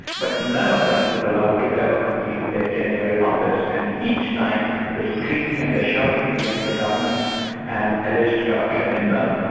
but none of them was allowed to ever complete their tenure in office, and each time the screaming and the shouting against the governments and alleged corruption in them,